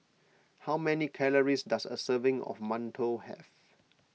how many calories does a serving of Mantou have